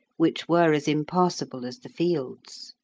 which were as impassable as the fields.